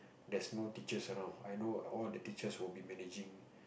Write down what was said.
there's no teachers around I know all the teachers will be managing